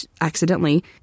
accidentally